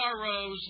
sorrows